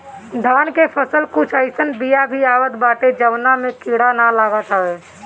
धान के फसल के कुछ अइसन बिया भी आवत बाटे जवना में कीड़ा ना लागत हवे